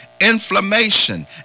inflammation